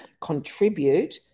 contribute